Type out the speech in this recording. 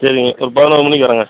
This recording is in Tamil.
சரிங்க ஒரு பதினோரு மணிக்கு வரேங்க